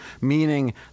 Meaning